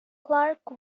clark